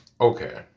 Okay